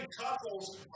couples